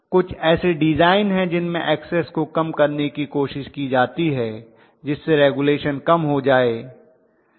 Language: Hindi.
कुछ ऐसे डिज़ाइन हैं जिनमे Xs को कम करने की कोशिश की जाती है जिस से रेगुलेशन कम होजाए